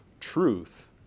truth